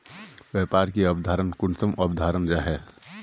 व्यापार की अवधारण कुंसम अवधारण जाहा?